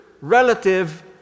relative